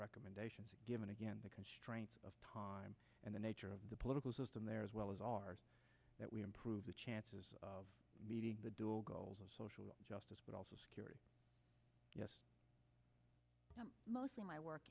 recommendations given again the constraints of time and the nature of the political system there as well as ours that we improve the chances of meeting the dual goals of social justice but also security yes mostly my work